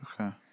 Okay